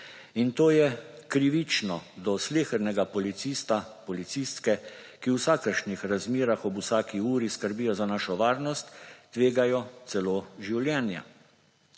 in to je krivično do slehernega policista, policistke, ki v vsakršnih razmerah, ob vsaki uri skrbijo za našo varnost, tvegajo celo življenja.